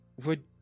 Would-